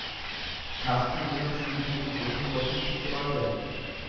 স্বাস্থ্য বীমার সুবিধা কি প্রথম বছর থেকে পাওয়া যায়?